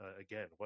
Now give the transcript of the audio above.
again